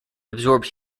absorbed